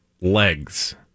legs